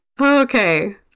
okay